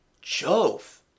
Jove